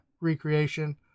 recreation